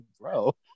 bro